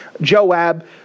Joab